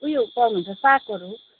उयो पाउनुहुन्छ सागहरू